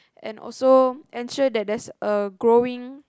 and also ensure that there's a growing